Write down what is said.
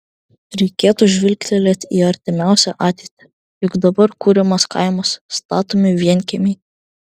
reikėtų žvilgtelėti į artimiausią ateitį juk dabar kuriamas kaimas statomi vienkiemiai